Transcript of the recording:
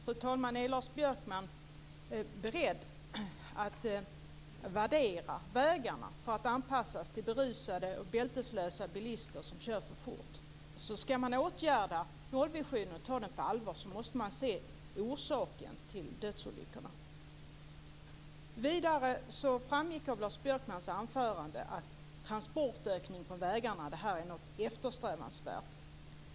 Fru talman! Är Lars Björkman beredd att värdera vägarna för att anpassas till berusade och bälteslösa bilister som kör för fort? Ska man ta nollvisionen på allvar måste man se vad som är orsaken till dödsolyckorna. Vidare framgick det av Lars Björkmans anförande att transportökningar på vägarna är något eftersträvansvärt.